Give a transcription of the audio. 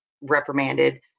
reprimanded